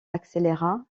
accéléra